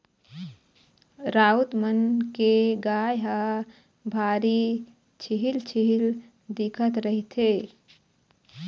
राउत मन के गाय ह भारी छिहिल छिहिल दिखत रहिथे